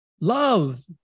Love